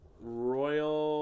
Royal